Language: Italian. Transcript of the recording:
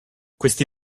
questi